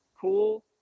cool